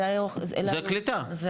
זה הקליטה.